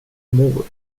mor